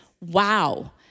Wow